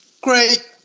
great